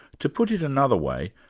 to put it another way,